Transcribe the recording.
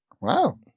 Wow